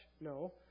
No